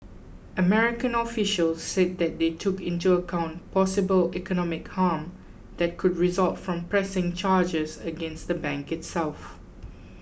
American officials said they took into account possible economic harm that could result from pressing charges against the bank itself